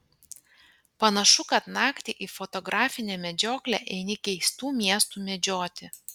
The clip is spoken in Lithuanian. panašu kad naktį į fotografinę medžioklę eini keistų miestų medžioti